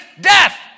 death